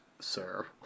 sir